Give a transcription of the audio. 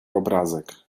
obrazek